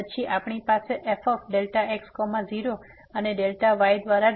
તો આ લીમીટ શું છે